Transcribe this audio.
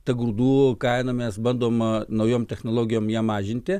tą grūdų kainą mes bandom naujom technologijom ją mažinti